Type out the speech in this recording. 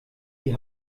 die